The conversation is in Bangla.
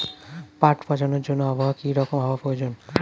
পাট পচানোর জন্য আবহাওয়া কী রকম হওয়ার প্রয়োজন?